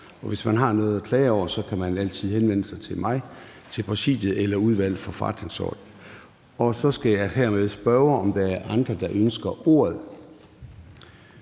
Og hvis man har noget at klage over, kan man altid henvende sig til mig, til Præsidiet eller til Udvalget for Forretningsordenen. Og så skal jeg hermed spørge, om der er andre, der ønsker ordet.